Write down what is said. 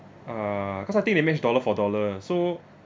uh cause I think they match dollar for dollar so